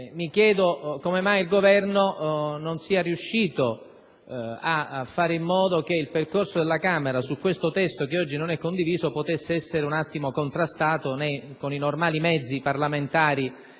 mi chiedo come mai l'Esecutivo non sia riuscito a fare in modo che il percorso della Camera su questo testo che oggi non è condiviso potesse essere contrastato con i normali mezzi parlamentari